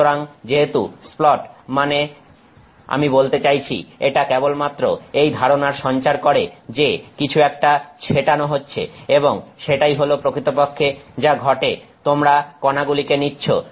সুতরাং যেহেতু স্প্লট মানে আমি বলতে চাইছি এটা কেবলমাত্র এই ধারণার সঞ্চার করে যে কিছু একটা ছেটানো হচ্ছে এবং সেটাই হলো প্রকৃতপক্ষে যা ঘটে তোমরা কণাগুলিকে নিচ্ছো